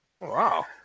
Wow